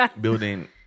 building